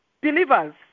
believers